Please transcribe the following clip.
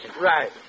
Right